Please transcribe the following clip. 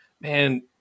man